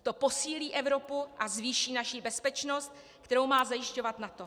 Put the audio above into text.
To posílí Evropu a zvýší naši bezpečnost, kterou má zajišťovat NATO.